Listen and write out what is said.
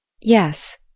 yes